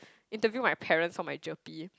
interview my parents for my GERPE